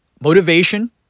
motivation